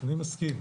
אני מסכים.